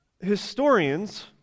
Historians